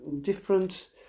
different